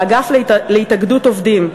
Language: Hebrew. האגף להתאגדות עובדים,